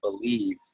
believe